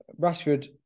Rashford